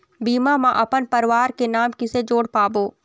बीमा म अपन परवार के नाम किसे जोड़ पाबो?